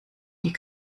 die